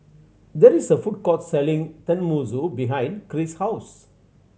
there is a food court selling Tenmusu behind Cris' house